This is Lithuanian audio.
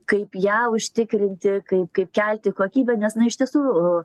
kaip ją užtikrinti kaip kaip kelti kokybę nes na iš tiesų